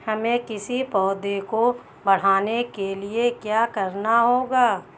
हमें किसी पौधे को बढ़ाने के लिये क्या करना होगा?